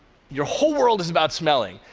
your whole world is about smelling.